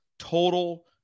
Total